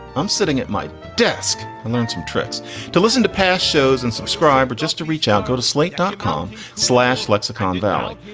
i'm sitting at my desk. i and learned some tricks to listen to past shows and subscribe or just to reach out. go to slate dot com slash lexicon valley.